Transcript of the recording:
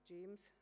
James